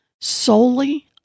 solely